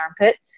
armpit